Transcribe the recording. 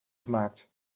gemaakt